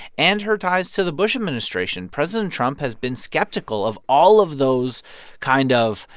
and her ties to the bush administration. president trump has been skeptical of all of those kind of,